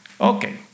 Okay